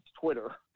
Twitter